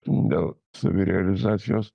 dėl savirealizacijos